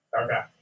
Okay